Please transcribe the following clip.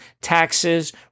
taxes